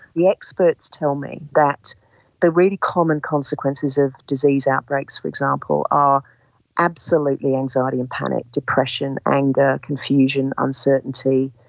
the experts tell me that the really common consequences of disease outbreaks, for example, are absolutely anxiety and panic, depression, anger, confusion, uncertainty,